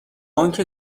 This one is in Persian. آنکه